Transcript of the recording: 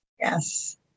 Yes